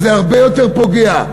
זה הרבה יותר פוגע.